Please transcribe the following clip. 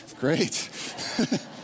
great